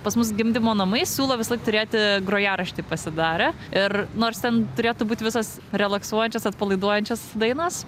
pas mus gimdymo namai siūlo visąlaik turėti grojaraštį pasidarę ir nors ten turėtų būt visos relaksuojančios atpalaiduojančios dainos